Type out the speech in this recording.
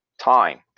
time